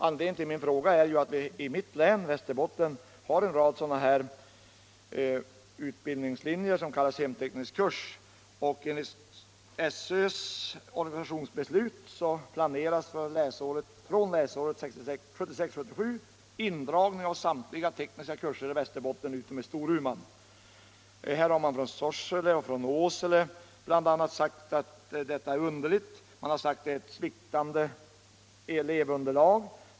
Anledningen till min fråga är att vi i mitt hemlän, Västerbotten, har en rad utbildningslinjer av det slag som kallas hemteknisk kurs. Enligt SÖ:s organisationsbeslut planeras indragning från läsåret 1976/77 av samtliga hemtekniska kurser i Västerbotten utom i Storuman. Från bl.a. Sorsele och Åsele har anförts att detta är underligt. Anledningen till indragningen sägs vara sviktande elevunderlag.